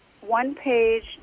one-page